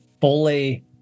fully